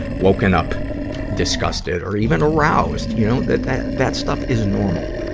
woken up disgusted, or even aroused. you know, that, that, that stuff is normal.